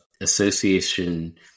association